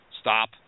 stop